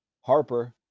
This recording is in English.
Harper